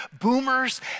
Boomers